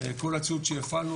כל הציוד שהפעלנו,